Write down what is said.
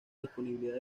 disponibilidad